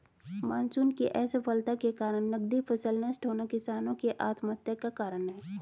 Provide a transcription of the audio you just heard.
monsoon की असफलता के कारण नकदी फसल नष्ट होना किसानो की आत्महत्या का कारण है